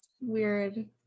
weird